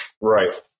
Right